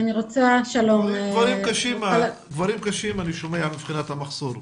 אני שומע דברים קשים מבחינת המחסור,